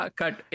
cut